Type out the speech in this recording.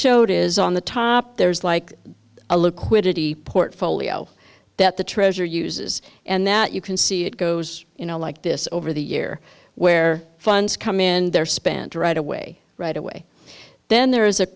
showed is on the top there's like a liquidity portfolio that the treasurer uses and that you can see it goes in a like this over the year where funds come in they're spent right away right away then there is a